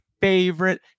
favorite